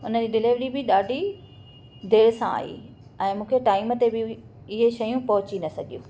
उनजी डिलीवरी बि ॾाढी देर सां आई ऐं मूंखे टाईम ते बि इहे शयूं पहुची न सघियूं